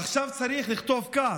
עכשיו צריך לכתוב כך: